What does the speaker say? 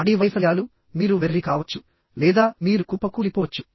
నాడీ వైఫల్యాలు మీరు వెర్రి కావచ్చు లేదా మీరు కుప్పకూలిపోవచ్చు